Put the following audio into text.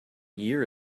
year